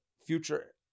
future